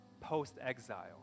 post-exile